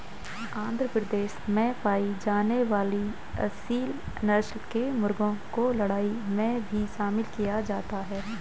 आंध्र प्रदेश में पाई जाने वाली एसील नस्ल के मुर्गों को लड़ाई में भी शामिल किया जाता है